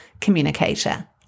communicator